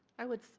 i would